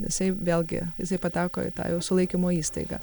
jisai vėlgi jisai pateko į tą jau sulaikymo įstaigą